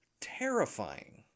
terrifying